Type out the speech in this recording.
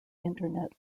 internet